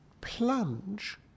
plunge